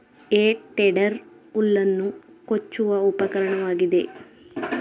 ಹೇ tedder ಹುಲ್ಲನ್ನು ಕೊಚ್ಚುವ ಉಪಕರಣವಾಗಿದೆ